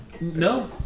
No